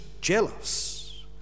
jealous